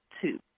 two